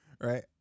Right